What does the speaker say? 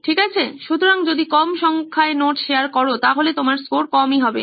ঠিক আছে সুতরাং যদি তুমি কম সংখ্যায় নোট শেয়ার করো তাহলে তোমার স্কোর কমই হবে